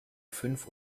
fünf